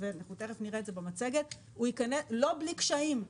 לא בלי קשיים.